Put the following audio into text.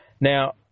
now